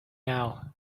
now